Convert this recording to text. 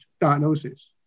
diagnosis